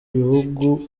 ibihugu